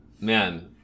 Man